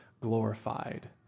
glorified